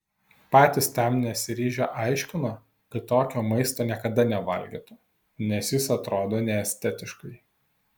patys tam nesiryžę aiškino kad tokio maisto niekada nevalgytų nes jis atrodo neestetiškai